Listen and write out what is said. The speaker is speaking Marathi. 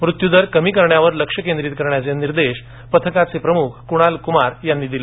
मृत्यूदर कमी करण्यावर लक्ष केंद्रित करण्याचे निर्देश पथकाचे प्रमुख कुणाल कुमार यांनी दिले